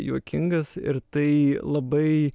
juokingas ir tai labai